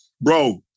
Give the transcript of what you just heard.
bro